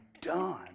done